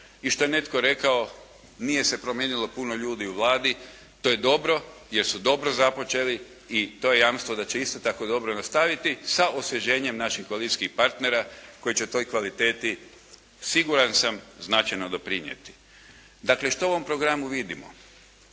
i što je netko rekao nije se promijenilo puno ljudi u Vladi. To je dobro jer su dobro započeli i to je jamstvo da će isto tako dobro nastaviti sa osvježenjem naših koalicijskih partnera koji će toj kvaliteti siguran sam značajno doprinijeti. Dakle, što u ovom programu vidimo?